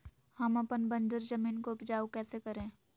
हम अपन बंजर जमीन को उपजाउ कैसे करे?